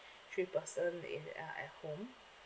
three person is uh at home